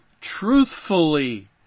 truthfully